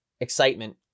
excitement